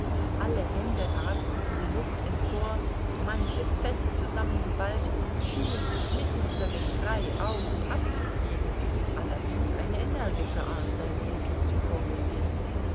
alle hände ragten in die luft empor manche fest zusammengeballt schienen sich mitten unter geschrei auf und abzubewegen allerdings eine energische art sein votum zu formuliren